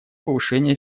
повышения